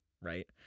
right